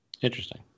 Interesting